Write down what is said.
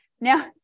Now